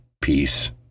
peace